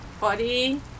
body